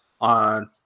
on